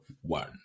one